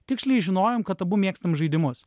tiksliai žinojom kad abu mėgstam žaidimus